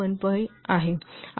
15 आहे